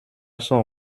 son